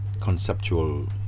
conceptual